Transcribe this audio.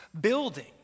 building